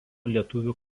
lietuvių